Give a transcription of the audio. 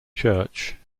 church